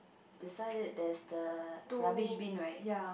beside it there's the rubbish bin right